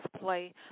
play